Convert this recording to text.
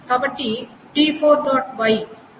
కాబట్టి t4